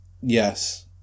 Yes